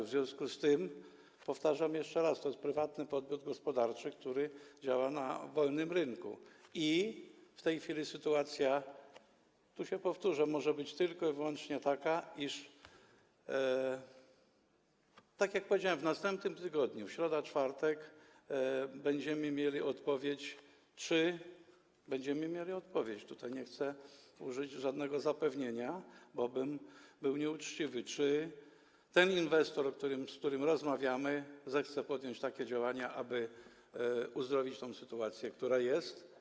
W związku z tym powtarzam jeszcze raz, że to jest prywatny podmiot gospodarczy, który działa na wolnym rynku, i w tej chwili sytuacja, tu się powtórzę, może być tylko i wyłącznie taka, iż tak jak powiedziałem, w następnym tygodniu, w środę lub w czwartek, będziemy mieli odpowiedź - tutaj nie chcę, żeby to było zapewnienie, bo byłbym nieuczciwy - czy ten inwestor, z którym rozmawiamy, zechce podjąć takie działania, aby uzdrowić tę sytuację, która jest.